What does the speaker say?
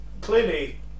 clearly